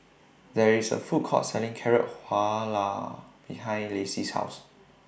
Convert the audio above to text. There IS A Food Court Selling Carrot Halwa behind Lacey's House